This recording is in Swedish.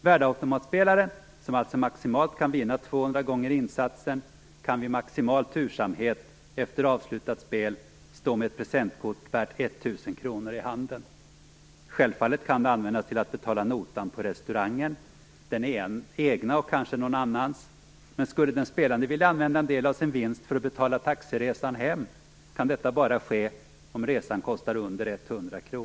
Värdeautomatspelaren, som alltså maximalt kan vinna 200 gånger insatsen, kan vid maximal tursamhet efter avslutat spel stå med ett presentkort värt 1 000 kr i handen. Självfallet kan det användas till att betala notan på restaurangen, den egna och kanske någon annans, men skulle den spelande vilja använda en del av sin vinst för att betala taxiresan hem, kan detta bara ske om resan kostar under 100 kr.